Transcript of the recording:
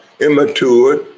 immature